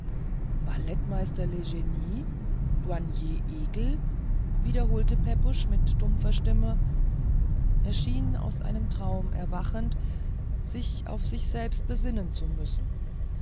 ballettmeister legnie douanier egel wiederholte pepusch mit dumpfer stimme er schien aus einem traum erwachend sich auf sich selbst besinnen zu müssen